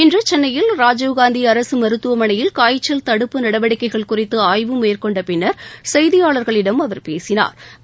இன்று சென்னையில ்ராஜீவ்காந்தி அரசு மருத்துவமனையில் காய்ச்சல் தடுப்பு நடவடிக்கைகள் குறித்து ஆய்வு மேற்கொண்ட பின்னா் செய்தியாளா்களிடம் அவா் பேசினாா்